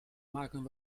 maken